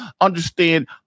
understand